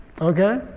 Okay